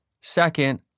Second